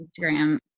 Instagram